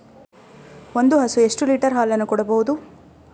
ಒಂದು ಹಸು ಎಷ್ಟು ಲೀಟರ್ ಹಾಲನ್ನು ಕೊಡಬಹುದು?